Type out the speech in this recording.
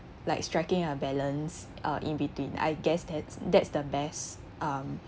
like striking a balance uh in between I guess that's that's the best um